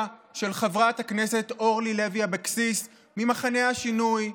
של חברת הכנסת אורלי לוי אבקסיס ממחנה השינוי,